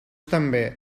també